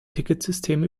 ticketsystem